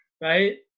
right